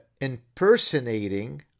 impersonating